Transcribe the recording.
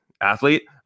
athlete